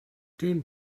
dune